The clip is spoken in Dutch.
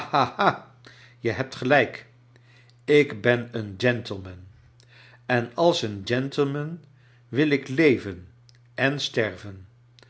je hebt gelijk ik ben een gentleman en als een gentlej man wil ik leven en sterven